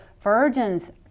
virgins